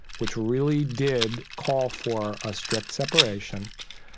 which really did call for a strict separation,